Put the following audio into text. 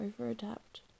over-adapt